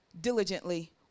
diligently